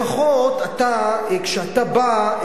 כי לפחות אתה, כשאתה בא,